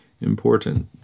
important